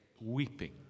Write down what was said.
weeping